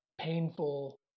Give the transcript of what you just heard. painful